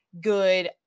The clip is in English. good